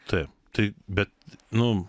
taip tai bet nu